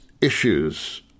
issues